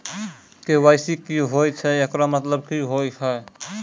KYC की होय छै, एकरो मतलब की होय छै?